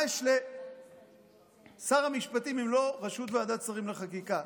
מה יש לשר המשפטים אם לא ראשות ועדת שרים לחקיקה?